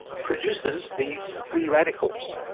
produces these free radicals,